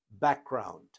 background